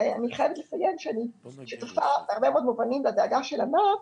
ואני חייבת לציין שאני שותפה בהרבה מאוד מובנים לדאגה של ענת